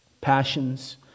passions